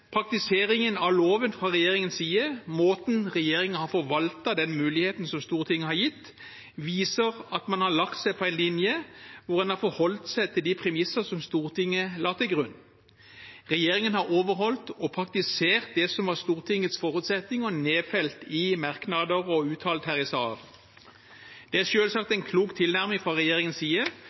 Praktiseringen av loven fra regjeringens side – måten regjeringen har forvaltet den muligheten som Stortinget har gitt, på – viser at man har lagt seg på en linje hvor man har forholdt seg til de premisser som Stortinget la til grunn. Regjeringen har overholdt og praktisert det som var Stortingets forutsetninger, nedfelt i merknader og uttalt her i salen. Det er selvsagt en klok tilnærming fra regjeringens side